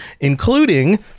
including